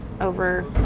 over